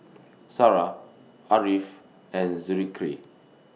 Sarah Ariff and Zikri